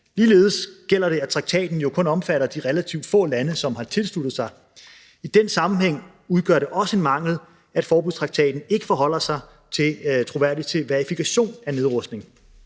Ligeledes gælder det, at traktaten jo kun omfatter de relativt få lande, som har tilsluttet sig. I den sammenhæng udgør det også en mangel, at forbudstraktaten ikke forholder sig troværdigt til verifikation af nedrustning.